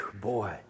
boy